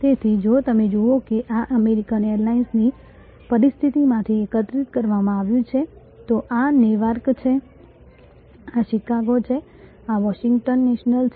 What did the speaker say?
તેથી જો તમે જુઓ કે આ અમેરિકન એરલાઇન્સની પરિસ્થિતિમાંથી એકત્રિત કરવામાં આવ્યું છે તો આ નેવાર્ક છે આ શિકાગો છે આ વોશિંગ્ટન નેશનલ છે